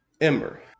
ember